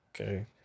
okay